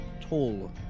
tall